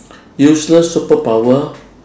useless superpower